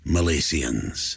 Malaysians